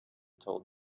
told